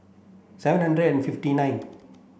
seven hundred and fifty nine